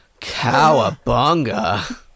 Cowabunga